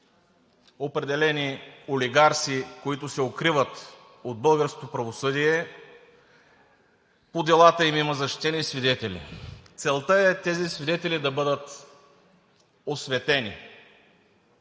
определени олигарси, които се укриват от българското правосъдие, по делата им има защитени свидетели. Целта е тези свидетели да бъдат осветени.